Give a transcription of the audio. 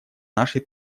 нашей